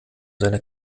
seiner